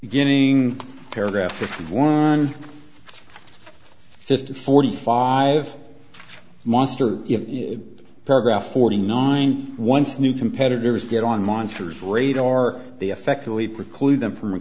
beginning paragraph one fifty forty five monster paragraph forty nine once new competitors get on monsters radar they effectively preclude them from